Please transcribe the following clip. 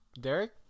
Derek